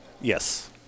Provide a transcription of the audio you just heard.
Yes